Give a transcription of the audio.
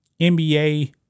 NBA